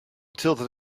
tilted